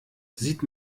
sieht